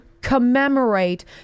commemorate